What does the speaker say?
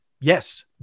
Yes